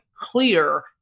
clear